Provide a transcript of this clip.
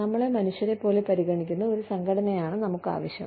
നമ്മളെ മനുഷ്യരെപ്പോലെ പരിഗണിക്കുന്ന ഒരു സംഘടനയാണ് നമുക്കാവശ്യം